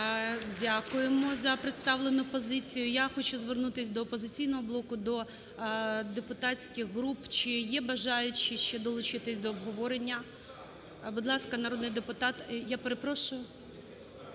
Дякуємо за представлену позицію. Я хочу звернутись до "Опозиційного блоку", до депутатських груп, чи є бажаючі ще долучитись до обговорення? Будь ласка, народний депутат… Я перепрошую?